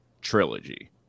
trilogy